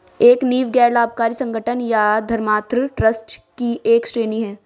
एक नींव गैर लाभकारी संगठन या धर्मार्थ ट्रस्ट की एक श्रेणी हैं